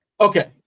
Okay